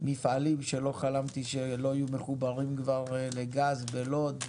מפעלים שלא חלמתי שלא יהיו מחוברים כבר לגז, בלוד.